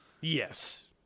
Yes